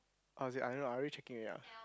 oh is it I don't know I already checking it ya